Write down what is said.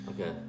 okay